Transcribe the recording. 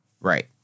Right